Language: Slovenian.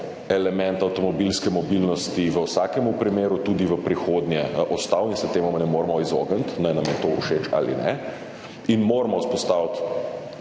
element avtomobilske mobilnosti v vsakem primeru tudi v prihodnje ostal in se temu ne moremo izogniti, naj nam je to všeč ali ne, in moramo vzpostaviti